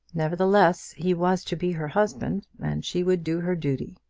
nevertheless, he was to be her husband, and she would do her duty.